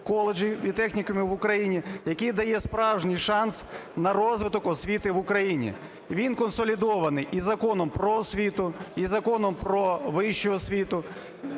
коледжів і технікумів в Україні, який дає справжній шанс на розвиток освіти в Україні. Він консолідований із Законом "Про освіту", із Законом "Про вищу освіту",